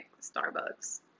Starbucks